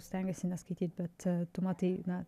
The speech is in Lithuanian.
stengiasi neskaityt bet tu matai na